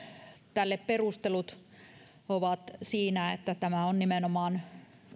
tälle perustelut ovat siinä että tämä on nimenomaan